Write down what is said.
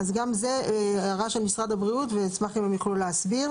גם זו הערה של משרד הבריאות ואשמח אם הם יוכלו להסביר